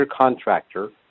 contractor